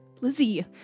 Lizzie